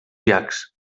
llacs